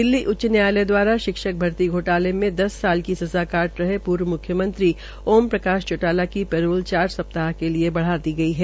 दिल्ली उच्च न्यायालय द्वारा शिक्षक भर्ती घोटाले में दस साल की सज़ा काट रहे पूर्व म्र्ख्यमंत्री ओम प्रकाश चोटाला की पेरोल चार सप्ताह के लिए बढा़ दी गई है